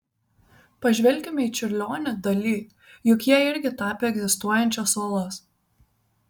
pažvelkime į čiurlionį dali juk jie irgi tapė egzistuojančias uolas